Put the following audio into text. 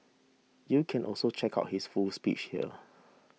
you can also check out his full speech here